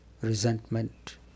resentment